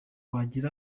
wagiye